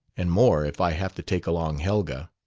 and more, if i have to take along helga.